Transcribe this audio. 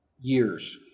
years